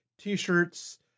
t-shirts